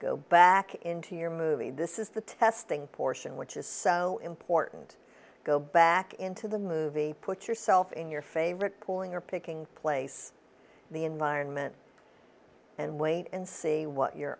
go back into your movie this is the testing portion which is so important go back into the movie put yourself in your favorite cooling or picking place the environment and wait and see what your